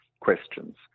questions